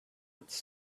its